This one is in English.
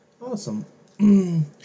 Awesome